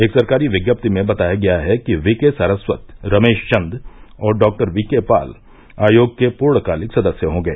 एक सरकारी विज्ञप्ति में बताया गया है कि वी के सारस्वत रमेश चन्द और डॉक्टर वी के पॉल आयोग के पूर्णकालिक सदस्य होंगे